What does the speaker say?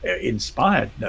inspired